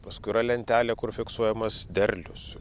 paskui yra lentelė kur fiksuojamas derlius